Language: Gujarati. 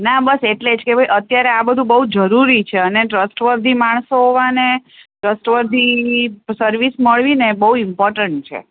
ના બસ એટલે જ કે ભાઈ અત્યારે આ બધું બહુ જરૂરી છે અને ટ્રસ્ટવર્ધી માણસો હોવા ને ટ્રસ્ટવર્ધી સર્વિસ મળવીને બહુ ઇમ્પોર્ટન્ટ છે